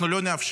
אנחנו לא נאפשר